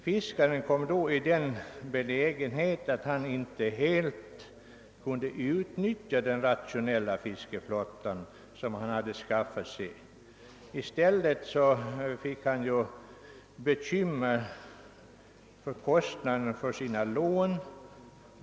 Fiskaren kom då i den belägenheten att han inte helt kunde utnyttja den rationella fiskeflotta som han hade skaffat sig. I stället fick han bekymmer för kostnaderna för sina lån.